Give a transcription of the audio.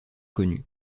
connu